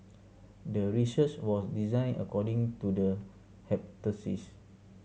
the research was designed according to the